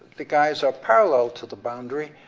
the guys are parallel to the boundary,